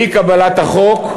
אי-קבלת החוק,